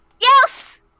Yes